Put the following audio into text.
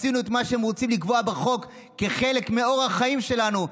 עשינו את מה שהם רוצים לקבוע בחוק כחלק מאורח החיים שלנו,